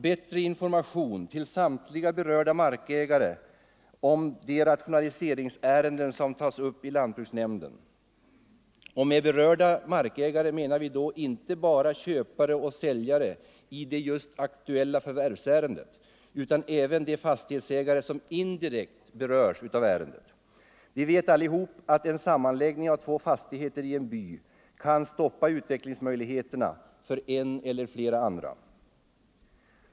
Bättre information till samtliga berörda markägare om de rationaliseringsärenden som tas upp i lantbruksnämnderna. Med berörda markägare menar vi då inte bara köpare och säljare i det just aktuella förvärvsärendet utan även de fastighetsägare som indirekt berörs av ärendet. Vi vet allihop att en sammanläggning av två fastigheter i en by kan stoppa utvecklingsmöjligheterna för en eller flera andra.